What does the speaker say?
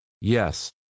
Yes